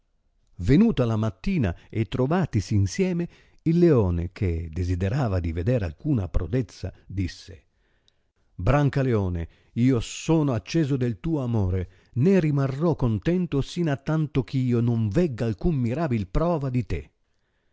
venuta la mattma e trovatisi insieme il leone che desiderava di veder alcuna prodezza disse brancaleone io sono acceso del tuo amore né rimari ò contento sin a tanto ch'io non vegga alcuna mirabil prova di te